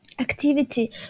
activity